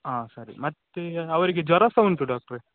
ಹಾಂ ಸರಿ ಮತ್ತೆ ಅವರಿಗೆ ಜ್ವರ ಸಹ ಉಂಟು ಡಾಕ್ಟ್ರೆ